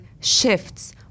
shifts